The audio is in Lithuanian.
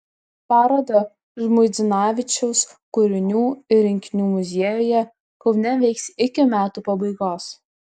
paroda žmuidzinavičiaus kūrinių ir rinkinių muziejuje kaune veiks iki metų pabaigos